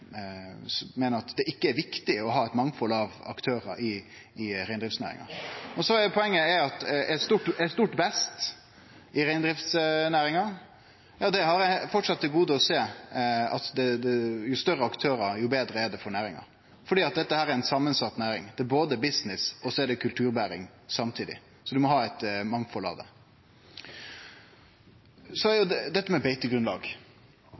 meiner at det ikkje er viktig å ha eit mangfald av aktørar i reindriftsnæringa. Poenget er veksten i reindriftsnæringa – eg har framleis til gode å sjå at jo større aktørar, jo betre er det for næringa. For dette er ei samansett næring – det er både business og kulturbering samtidig. Så ein må ha eit mangfald. Så til beitegrunnlaget: Det